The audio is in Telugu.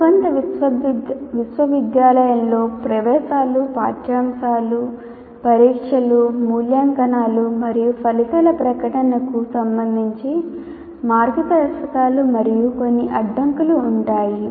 అనుబంధ విశ్వవిద్యాలయంలో ప్రవేశాలు పాఠ్యాంశాలు పరీక్షలు మూల్యాంకనాలు మరియు ఫలితాల ప్రకటనకు సంబంధించి మార్గదర్శకాలు మరియు కొన్ని అడ్డంకులు ఉంటాయి